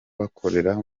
bakorera